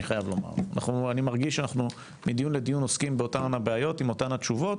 אני מרגיש שאנחנו מדיון לדיון עוסקים באותן הבעיות עם אותן התשובות,